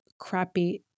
crappy